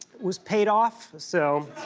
was paid off. so